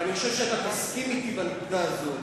ואני חושב שאתה תסכים אתי בנקודה הזאת,